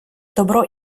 добро